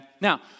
Now